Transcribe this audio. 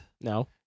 No